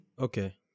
Okay